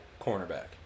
Cornerback